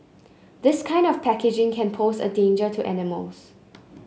this kind of packaging can pose a danger to animals